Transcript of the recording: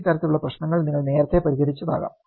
ഈ തരത്തിലുള്ള പ്രശ്നങ്ങൾ നിങ്ങൾ നേരത്തെ പരിഹരിച്ചതാകാം